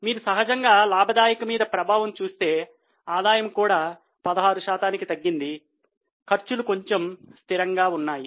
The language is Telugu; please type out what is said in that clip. మీరు సహజంగా లాభదాయకత మీద ప్రభావము చూస్తే ఆదాయము కూడా 16 శాతానికి తగ్గింది ఖర్చులు కొంచెం స్థిరం గా ఉన్నాయి